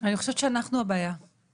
חושב שמי שזוכר או מי שהיה